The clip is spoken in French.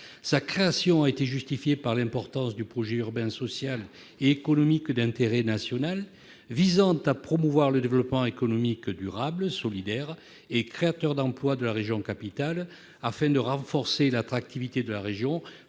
Sa création a été justifiée par l'importance du « projet urbain, social et économique d'intérêt national » visant à « promouvoir le développement économique durable, solidaire et créateur d'emplois de la région capitale afin de renforcer l'attractivité de la région